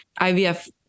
IVF